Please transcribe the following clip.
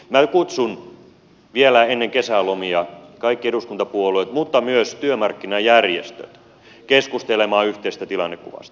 minä kutsun vielä ennen kesälomia kaikki eduskuntapuolueet mutta myös työmarkkinajärjestöt keskustelemaan yhteisestä tilannekuvasta